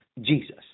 Jesus